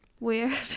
Weird